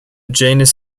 genus